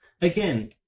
again